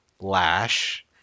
Lash